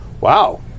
wow